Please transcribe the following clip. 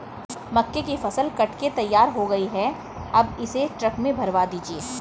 मक्के की फसल कट के तैयार हो गई है अब इसे ट्रक में भरवा दीजिए